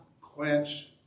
quench